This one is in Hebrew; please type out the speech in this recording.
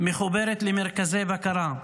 מחוברת למרכזי בקרה,